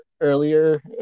earlier